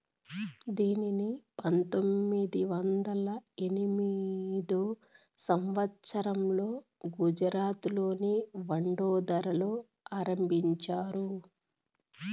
దీనిని పంతొమ్మిది వందల ఎనిమిదో సంవచ్చరంలో గుజరాత్లోని వడోదరలో ఆరంభించారు